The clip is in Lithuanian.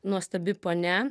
nuostabi ponia